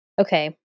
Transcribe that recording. Okay